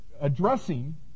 addressing